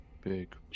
Big